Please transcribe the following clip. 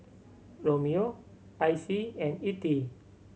Romeo Icey and Ettie